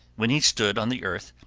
when he stood on the earth,